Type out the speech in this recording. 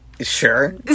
Sure